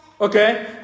Okay